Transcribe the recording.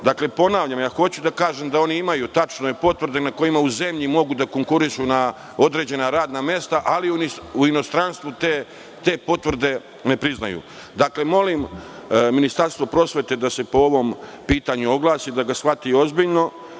neozbiljno. Ponavljam, hoću da kažem da oni imaju potvrde sa kojima u zemlji mogu da konkurišu na određena radna mesta, ali u inostranstvu te potvrde ne priznaju. Molim Ministarstvo prosvete da se po ovom pitanju oglasi, da ga shvati ozbiljno.